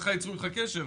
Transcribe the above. הרווחה יצרו איתך קשר.